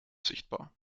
sichtbar